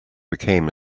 became